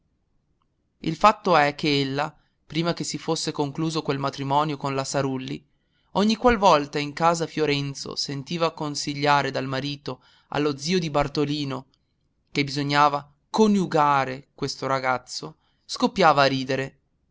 il fatto è che ella prima che si fosse concluso quel matrimonio con la sarulli ogni qual volta in casa fiorenzo sentiva consigliare dal marito allo zio di bartolino che bisognava coniugare questo ragazzo scoppiava a ridere